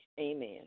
amen